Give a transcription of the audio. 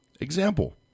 example